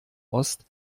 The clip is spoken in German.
ost